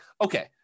okay